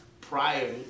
prior